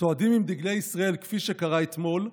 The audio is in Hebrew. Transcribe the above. צועדים עם דגלי ישראל, כפי שקרה אתמול,